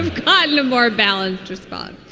god, lamar balance just got